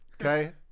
okay